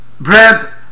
bread